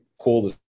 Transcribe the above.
cool